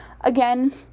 Again